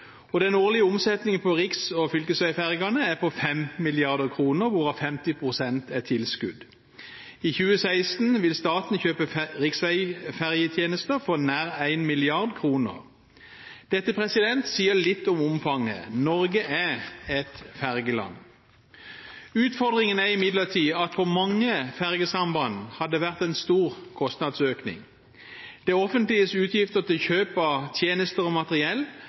årlig. Den årlige omsetningen på riks- og fylkesveifergene er på 5 mrd. kr, hvorav 50 pst. er tilskudd. I 2016 vil staten kjøpe riksveifergetjenester for nær 1 mrd. kr. Dette sier litt om omfanget. Norge er et fergeland. Utfordringen er imidlertid at det på mange fergesamband har vært stor kostnadsøkning. Det offentliges utgifter til kjøp av tjenester og materiell